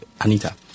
Anita